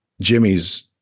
Jimmy's